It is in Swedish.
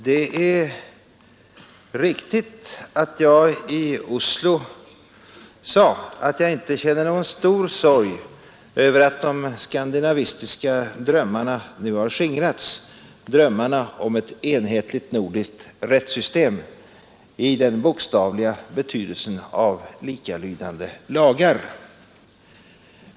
Det är riktigt att jag i Oslo sade att jag inte känner någon stor sorg över att de skandinavistiska drömmarna nu har skingrats — drömmarna om ett enhetligt nordiskt rättssystem i den bokstavliga betydelsen av likalydande lagar.